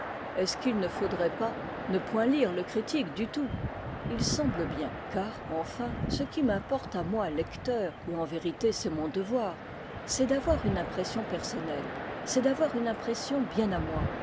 est-ce qu'il se faudrait pas ne point lire le critique du tout il semble bien car enfin ce qui m'importe à moi lecteur et en vérité c'est mon devoir c'est d'avoir une impression personnelle c'est d'avoir une impression bien à moi